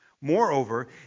Moreover